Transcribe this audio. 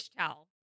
towel